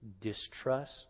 distrust